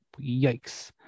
Yikes